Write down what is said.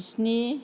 जिस्नि